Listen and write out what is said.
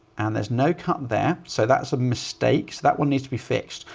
and there's no cut there. so that's a mistake, so that one needs to be fixed.